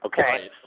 okay